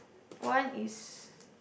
one is